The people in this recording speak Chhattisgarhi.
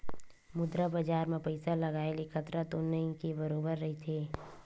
मुद्रा बजार म पइसा लगाय ले खतरा तो नइ के बरोबर रहिथे